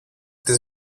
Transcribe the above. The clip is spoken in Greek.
τις